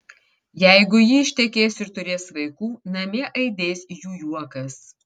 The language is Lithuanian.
jeigu ji ištekės ir turės vaikų namie aidės jų juokas